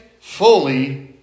fully